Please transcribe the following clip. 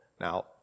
Now